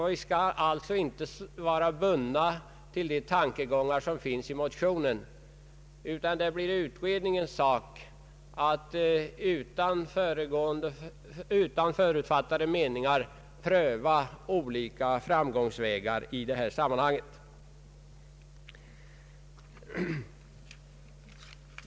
Vi skall alltså inte vara bundna till de tankegångar som finns i motionen, utan det blir utredningens sak att utan för utfattade meningar pröva olika framgångsvägar i det här sammanhanget.